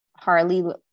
Harley